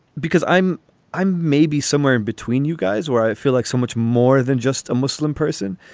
because i'm i'm maybe somewhere and between you guys where i feel like so much more than just a muslim person.